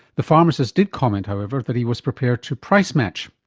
the pharmacist did comment, however, that he was prepared to price-match.